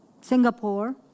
Singapore